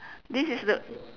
this is the